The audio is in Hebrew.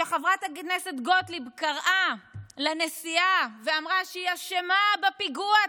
כשחברת הכנסת גוטליב קראה לנשיאה ואמרה שהיא אשמה בפיגוע,